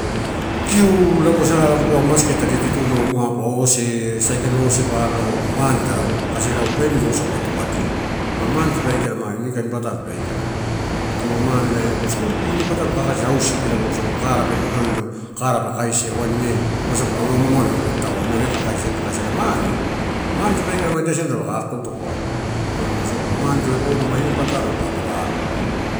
Kiu lago sa pua sa masket tadi tutuno mapa ose. Sai kain ose tapa alo lago mane tarau. Kasi ela au family wasau pa tupadia ma-mane tape aikala ma ini kain patalo ma pe aikala. So mane elai skul fee ini patalo kakaisia hausi ela wasagula, kara pe podoino kara pa kaisia wain ine wasagula auna amaamalo pe tataua, inau eh kai kaisi eh kai kaisi ela mane. Mane tape aikala ma ida siamela dapaka totokoa, umano wasagula mane podo ma ini patalo daba alo.